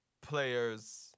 players